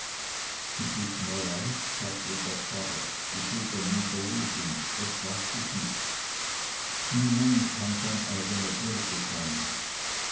es ist mir leid sagte der pfarrer die feder niederlegend das darf ich nicht niemand kann sein eigener bürge sein